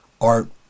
art